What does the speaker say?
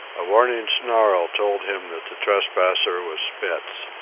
a warning snarl told him that the trespasser was spitz.